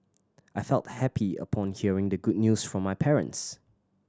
I felt happy upon hearing the good news from my parents